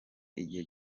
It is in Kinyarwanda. igihe